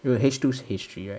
you H two's history right